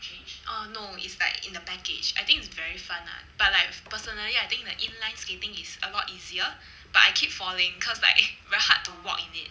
oh no it's like in the package I think it's very fun lah but like personally I think like the inline skating is a lot easier but I keep falling because like very hard to walk in it